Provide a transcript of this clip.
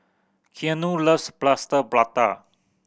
Keanu loves Plaster Prata